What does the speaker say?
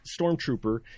stormtrooper